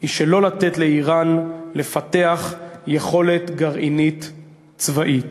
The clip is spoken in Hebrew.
היא שלא לתת לאיראן לפתח יכולת גרעינית צבאית.